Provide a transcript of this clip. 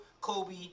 Kobe